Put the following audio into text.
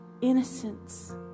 innocence